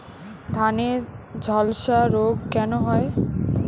ধানে ঝলসা রোগ কেন হয়?